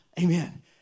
amen